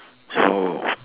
so